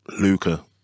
Luca